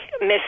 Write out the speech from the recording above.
Miss